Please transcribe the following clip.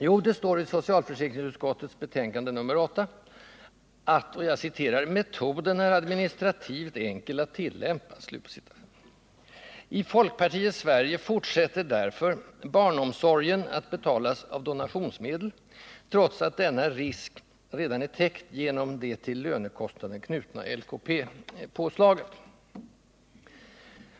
Jo, det står i socialförsäkringsutskottets betänkande nr 8: ”Metoden är administrativt enkel att tillämpa.” I folkpartiets Sverige fortsätter därför barnomsorgen att betalas av donationsmedel — trots att denna ”risk” redan är täckt genom det till lönekostnaden knutna lönekostnadspålägget.